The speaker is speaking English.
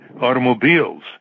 automobiles